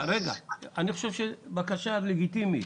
זו בקשה לגיטימית.